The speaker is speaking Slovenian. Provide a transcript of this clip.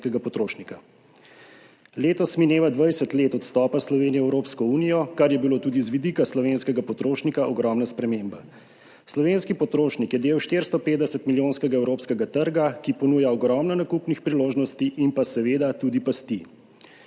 potrošnika. Letos mineva 20 let od vstopa Slovenije v Evropsko unijo, kar je bilo tudi z vidika slovenskega potrošnika ogromna sprememba. Slovenski potrošnik je del 450-milijonskega evropskega trga, ki ponuja ogromno nakupnih priložnosti in seveda tudi pasti.